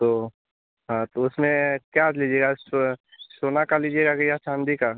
तो हाँ तो उसमें क्या लीजिएगा सोना का लीजिएगा या चाँदी का